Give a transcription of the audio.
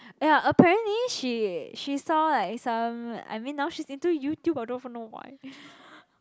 ya apparently she she saw like some I mean now she's into YouTube I don't even know why